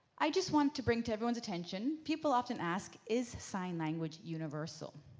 i just want to bring to everyone's attention, people often ask is sign language universal?